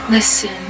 Listen